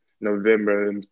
November